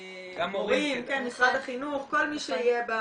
מורים, משרד החינוך, כל מי שיהיה.